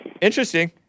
interesting